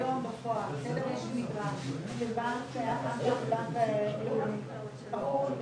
שבא המחוקק ואומר: תראו,